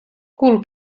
cul